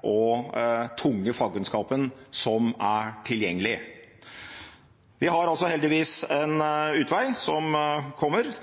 og tunge fagkunnskapen som er tilgjengelig. Men vi har heldigvis en utvei,